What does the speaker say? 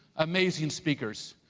amazing speakers.